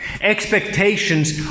expectations